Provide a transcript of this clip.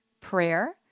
prayer